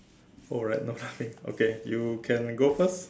alright no laughing okay you can go first